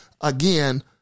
again